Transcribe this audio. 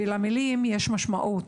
ולמילים יש משמעות.